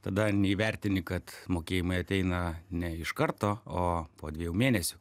tada neįvertini kad mokėjimai ateina ne iš karto o po dviejų mėnesių